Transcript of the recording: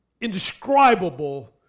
indescribable